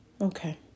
Okay